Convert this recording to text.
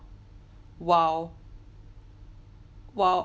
while while